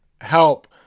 help